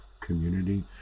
community